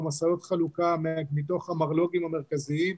או משאיות חלוקה מתוך המרלוגים המרכזיים,